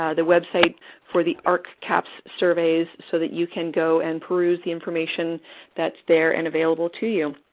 ah the website for the ahrq cahps surveys so that you can go and peruse the information that's there and available to you.